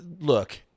look